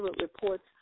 reports